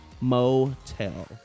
Motel